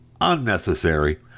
unnecessary